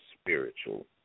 spiritual